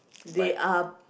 they are